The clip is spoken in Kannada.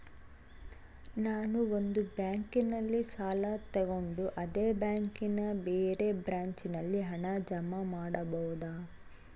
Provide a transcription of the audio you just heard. ನಾನು ಒಂದು ಬ್ಯಾಂಕಿನಲ್ಲಿ ಸಾಲ ತಗೊಂಡು ಅದೇ ಬ್ಯಾಂಕಿನ ಬೇರೆ ಬ್ರಾಂಚಿನಲ್ಲಿ ಹಣ ಜಮಾ ಮಾಡಬೋದ?